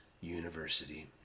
University